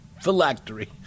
phylactery